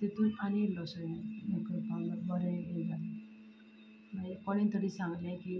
तितूंत आनी इल्लोसो हें करपाक मागीर कोणें तरी सांगलें की